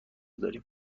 داریم